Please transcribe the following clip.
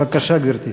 בבקשה, גברתי.